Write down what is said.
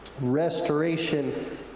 Restoration